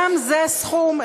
גם זה סכום,